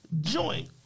joint